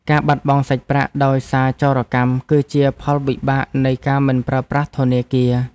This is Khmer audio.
ការបាត់បង់សាច់ប្រាក់ដោយសារចោរកម្ម គឺជាផលវិបាកនៃការមិនប្រើប្រាស់ធនាគារ។